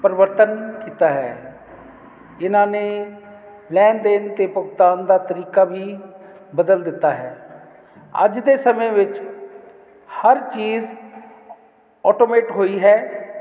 ਪਰਿਵਰਤਨ ਕੀਤਾ ਹੈ ਇਹਨਾਂ ਨੇ ਲੈਣ ਦੇਣ ਤੇ ਭੁਗਤਾਨ ਦਾ ਤਰੀਕਾ ਵੀ ਬਦਲ ਦਿੱਤਾ ਹੈ ਅੱਜ ਦੇ ਸਮੇਂ ਵਿੱਚ ਹਰ ਚੀਜ਼ ਆਟੋਮੈਟ ਹੋਈ ਹੈ